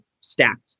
stacked